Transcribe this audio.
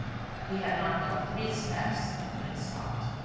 he had not gone three steps, when he stopped.